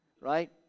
right